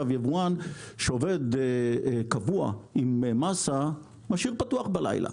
יבואן שעובד קבוע עם מסה משאיר פתוח בלילה,